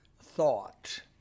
thought